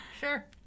Sure